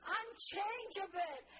unchangeable